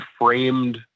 framed